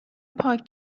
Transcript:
پاک